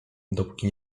dopóki